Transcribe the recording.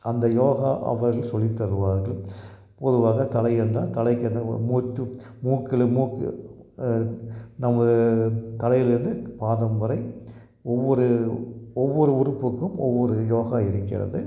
அந்த யோகா அவர்கள் சொல்லித் தருவார்கள் பொதுவாக தலை என்றால் தலைக்கென்னு ஒரு மூச்சு மூக்கில் மூக்கு நமது தலையில் இருந்து பாதம் வரை ஒவ்வொரு ஒவ்வொரு உறுப்புக்கும் ஒவ்வொரு யோகா இருக்கிறது